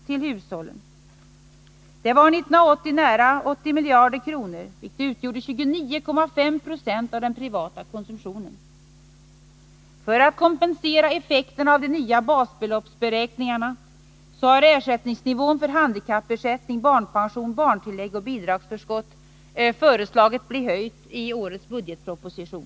Den var 1980 nära 80 miljarder kronor, vilket utgjorde 29,5 20 av den privata konsumtionen. För att kompensera effekterna av de nya basbeloppsberäkningarna har ersättningsnivån för handikappersättning, barnpension, barntillägg och bidragsförskott i årets budgetproposition föreslagits bli höjd.